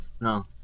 No